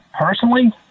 personally